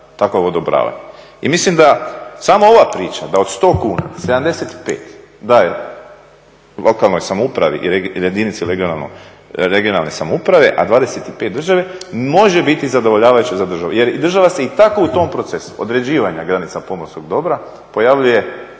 takvo odobravanje. I mislim da sama ova priča da od 100 kuna 75 daje lokalnoj samoupravi ili jedinici regionalne samouprave, a 25 državi, može biti zadovoljavajuća za državu jer država se i tako u tom procesu određivanja granica pomorskog dobra pojavljuje